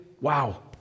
wow